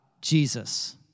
Jesus